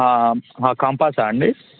కంపాసా అండి